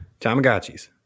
Tamagotchis